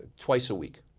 twice a week?